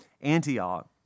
Antioch